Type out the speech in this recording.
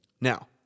Now